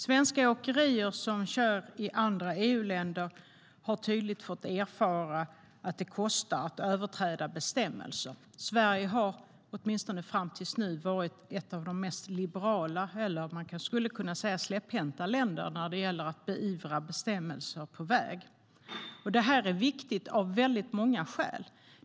Svenska åkerier som kör i andra EU-länder har tydligt fått erfara att det kostar att överträda bestämmelser. Sverige har åtminstone fram till nu varit ett av de mest liberala - man kanske skulle kunna säga släpphänta - länderna när det gäller att beivra överträdelser av bestämmelser på väg. Det här är viktigt av många skäl.